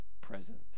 present